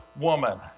woman